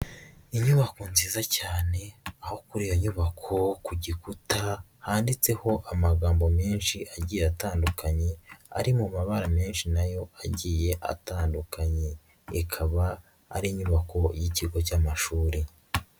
Inyubako nziza cyane aho kuri iyo nyubako ku gikuta handitseho amagambo menshi agiye atandukanye ari mu mabara menshi nayo agiye atandukanye, ikaba ari inyubako y'ikigo cy'amashuri.